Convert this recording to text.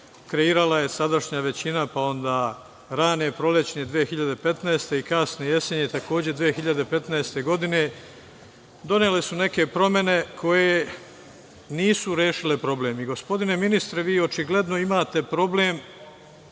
kreirala je sadašnja većina, pa onda rane prolećne 2015. i kasne jeseni takođe 2015. godine, donele su neke promene koje nisu rešile problem. Gospodine ministre, vi očigledno imate problem